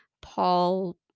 Paul